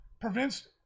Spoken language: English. Prevents